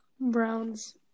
Browns